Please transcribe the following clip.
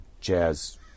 jazz